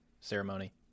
ceremony